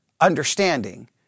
understanding